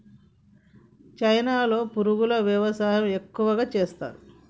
చైనాలో పురుగుల వ్యవసాయం ఎక్కువగా చేస్తరు